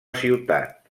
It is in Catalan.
ciutat